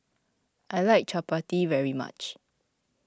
I like Chapati very much